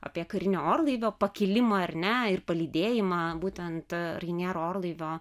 apie karinio orlaivio pakilimą ar ne ir palydėjimą būtent rainiero orlaivio